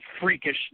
freakish